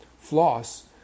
floss